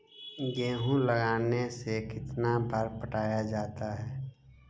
गेहूं लगने से कितना बार पटाया जाता है?